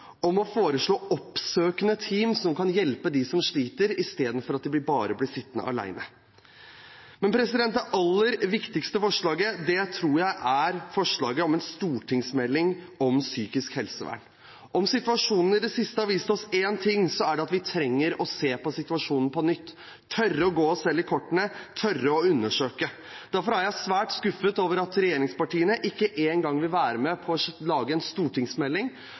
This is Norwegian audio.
om å foreslå oppsøkende team som kan hjelpe dem som sliter, istedenfor at de bare blir sittende alene. Men det aller viktigste forslaget tror jeg er forslaget om en stortingsmelding om psykisk helsevern. Om situasjonen i det siste har vist oss én ting, så er det at vi trenger å se på situasjonen på nytt, tørre å se oss selv i kortene og tørre å undersøke. Derfor er jeg svært skuffet over at regjeringspartiene ikke engang vil lage en stortingsmelding for å